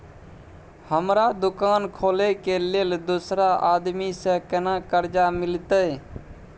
हमरा दुकान खोले के लेल दूसरा आदमी से केना कर्जा मिलते?